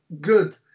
good